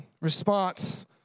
response